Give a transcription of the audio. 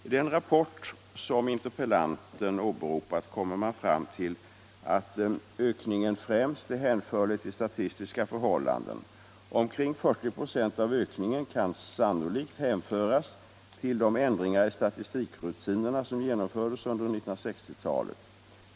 I den rapport som interpellanten åberopat kommer man fram till att ökningen främst är hänförlig till statistiska förhållanden. Omkring 40 96 av ökningen kan sannolikt hänföras till de ändringar i statistikrutinerna som genomfördes under 1960-talet.